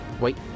Wait